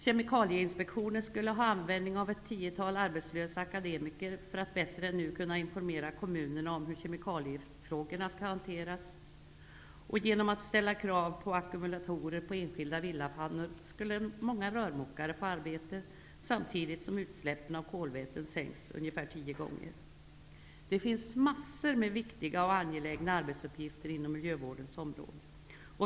Kemikalieinspektionen skulle ha användning för ett tiotal arbetslösa akademiker för att bättre än nu kunna informera kommunerna om hur kemikaliefrågorna skall hanteras. Genom att ställa krav på ackumulatorer på enskilda villapannor skulle många rörmokare få arbete, samtidigt som utsläppen av kolväten skulle sänkas ungefär tio gånger. Det finns massor med viktiga och angelägna arbetsuppgifter inom miljövårdens område.